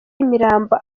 imirambo